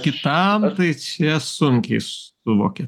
kitam tai čia sunkiai suvokė